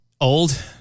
Old